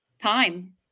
time